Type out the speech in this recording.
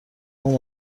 جان